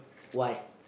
why